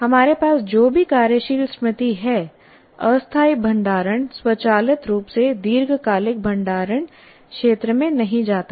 हमारे पास जो भी कार्यशील स्मृति है अस्थायी भंडारण स्वचालित रूप से दीर्घकालिक भंडारण क्षेत्र में नहीं जाता है